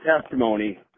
testimony